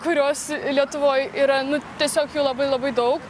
kurios lietuvoj yra nu tiesiog jų labai labai daug